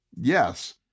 yes